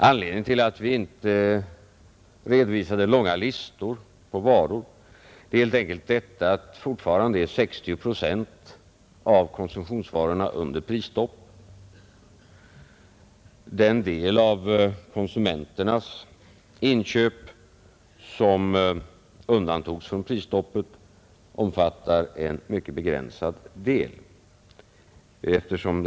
Anledningen till att vi inte redovisade långa listor på varor är helt enkelt att fortfarande 60 procent av konsumtionsvarorna är under prisstopp. Den del av konsumenternas inköp som i beslutet den 5 februari undantogs från prisstoppet är mycket begränsad.